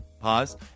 pause